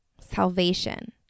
salvation